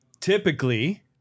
Typically